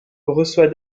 reçoit